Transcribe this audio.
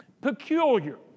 peculiar